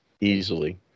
easily